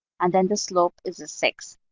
and then the slope is a six.